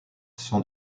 sans